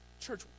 Church